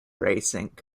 racing